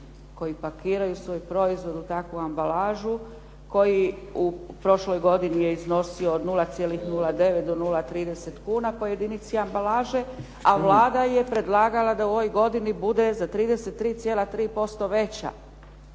koji pakiraju svoj proizvod u takvu ambalažu, koji u prošloj godini je iznosio od 0,09 do 0,30 kuna po jedinici ambalaže, a Vlada je predlagala da u ovoj godini bude za 33,3% veća.